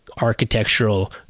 architectural